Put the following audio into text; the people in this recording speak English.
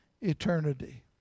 eternity